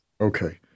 Okay